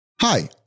Hi